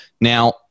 Now